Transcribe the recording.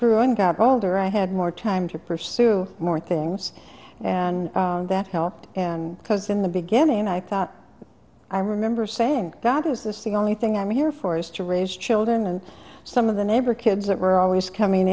grew and got older i had more time to pursue more things and that helped and because in the beginning i thought i remember saying god was this the only thing i'm here for is to raise children and some of the neighbor kids that were always coming